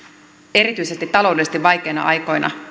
erityisesti taloudellisesti vaikeina aikoina